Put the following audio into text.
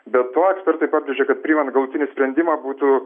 be to ekspertai pabrėžė kad priimant galutinį sprendimą būtų